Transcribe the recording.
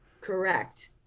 Correct